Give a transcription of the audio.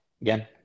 Again